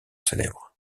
célèbre